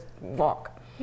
walk